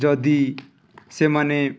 ଯଦି ସେମାନେ